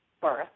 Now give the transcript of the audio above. birth